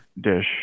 dish